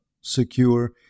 secure